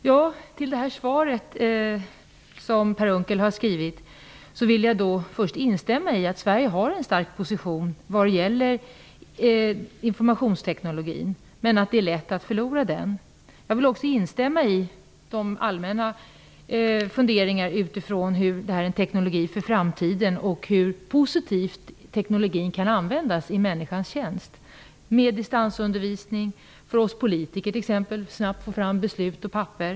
Med anledning av det svar som Per Unckel har givit vill jag först instämma i att Sverige har en stark position i fråga om informationsteknologin men att det är lätt att förlora den. Jag vill också instämma i de allmänna funderingarna om att detta är en teknologi för framtiden och om hur positivt den kan användas i människans tjänst. Det kan t.ex. gälla distansundervisning och för oss politiker möjligheter att snabbt få fram beslut på papper.